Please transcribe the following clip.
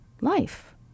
Life